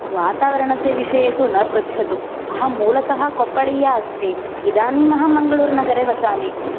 वातावरणस्य विषये तु न पृच्छतु अहं मूलतः कोप्पलीया अस्मि इदानीम् अहं मङ्गलूरुनगरे वसामि